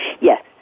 yes